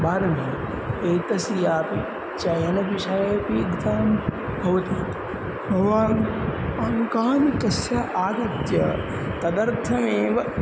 भारवि एतस्यापि चयनविषये अपि भवति भवान् अङ्कान् तस्य आगत्य तदर्थमेव